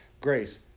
Grace